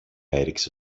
έριξε